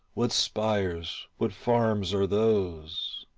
what spires, what farms are those?